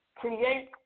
create